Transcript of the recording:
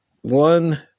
One